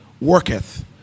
worketh